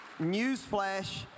Newsflash